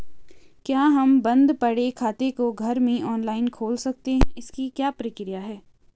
क्या हम बन्द पड़े खाते को घर में ऑनलाइन खोल सकते हैं इसकी क्या प्रक्रिया है?